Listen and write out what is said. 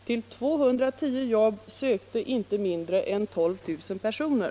Till 210 jobb sökte inte mindre än 12000 personer.